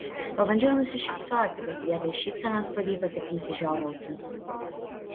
pabandžiau nusišypsoti bet vietoj šypsenos pavyko tik nusižiovauti